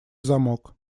замок